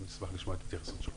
נשמח לשמוע את ההתייחסות שלך.